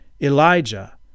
Elijah